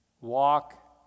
walk